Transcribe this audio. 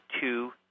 two